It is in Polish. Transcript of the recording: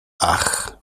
ach